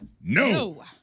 No